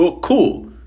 Cool